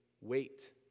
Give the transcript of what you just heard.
wait